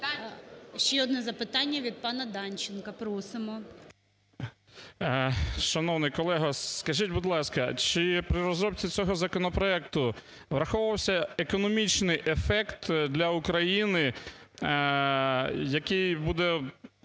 Ще одне запитання від пана Данченка. Просимо. 16:22:00 ДАНЧЕНКО О.І. Шановний колего, скажіть, будь ласка, чи при розробці цього законопроекту враховувався економічний ефект для України, який буде